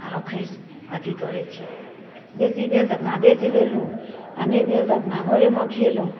आओर रखै अथी करै छिए बेसी भेल तऽ अपना बेचि लेलहुँ आओर नहि भेल तऽ अपना घरेमे खेलहुँ